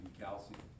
calcium